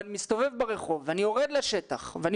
ואני מסתובב ברחוב ואני יורד לשטח ואני